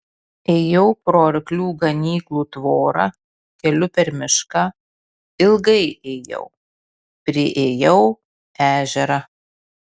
ėjau pro arklių ganyklų tvorą keliu per mišką ilgai ėjau priėjau ežerą